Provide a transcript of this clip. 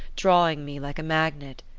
drawing me like a magnet,